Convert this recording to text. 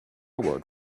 word